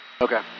Okay